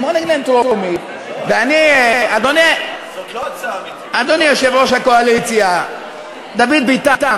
אדוני יושב-ראש הקואליציה דוד ביטן,